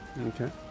Okay